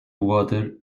water